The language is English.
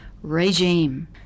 Regime